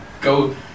go